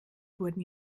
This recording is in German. wurden